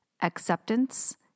acceptance